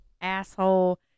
asshole